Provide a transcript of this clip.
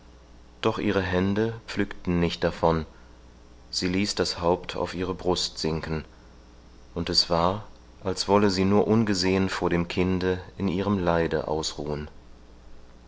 doch ihre hände pflückten nicht davon sie ließ das haupt auf ihre brust sinken und es war als wolle sie nur ungesehen vor dem kinde in ihrem leide ausruhen